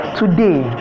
today